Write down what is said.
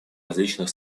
различных